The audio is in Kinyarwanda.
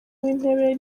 w’intebe